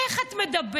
איך את מדברת?